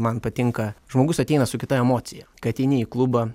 man patinka žmogus ateina su kita emocija kai ateini į klubą